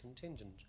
contingent